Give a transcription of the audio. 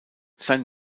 sein